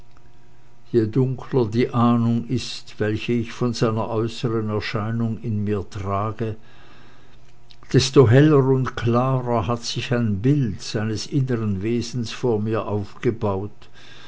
je dunkler die ahnung ist welche ich von seiner äußeren erscheinung in mir trage desto heller und klarer hat sich ein bild seines innern wesens vor mir aufgebaut